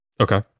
Okay